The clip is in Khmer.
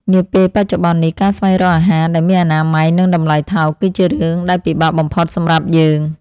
នាពេលបច្ចុប្បន្ននេះ ការស្វែងរកអាហារដែលមានអនាម័យនិងតម្លៃថោក គឺជារឿងដែលពិបាកបំផុតសម្រាប់យើង។